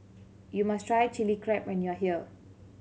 you must try Chili Crab when you are here